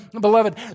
beloved